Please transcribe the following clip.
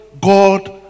God